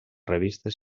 revistes